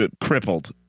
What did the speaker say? crippled